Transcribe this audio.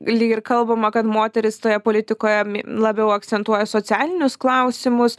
lyg ir kalbama kad moterys toje politikoje labiau akcentuoja socialinius klausimus